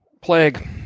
Plague